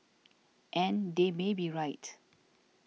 and they may be right